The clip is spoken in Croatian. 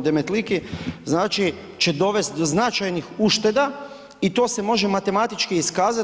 Demetliki, znači, će dovest do značajnih ušteda i to se može matematički iskazat.